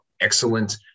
excellent